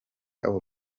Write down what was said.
abo